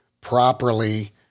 properly